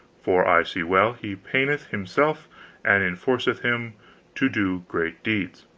for i see well he paineth himself and enforceth him to do great deeds,